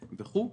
וכולי,